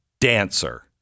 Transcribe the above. dancer